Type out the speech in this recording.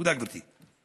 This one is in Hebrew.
תודה, גברתי.